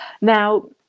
Now